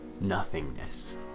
nothingness